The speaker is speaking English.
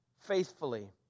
faithfully